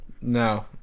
No